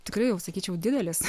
tikrai jau sakyčiau didelis